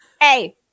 hey